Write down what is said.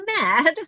mad